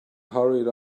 hurried